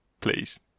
please